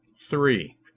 three